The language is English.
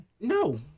No